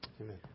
Amen